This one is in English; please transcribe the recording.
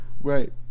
Right